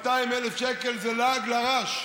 200,000 שקל זה לעג לרש.